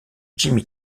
jimi